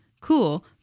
cool